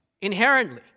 inherently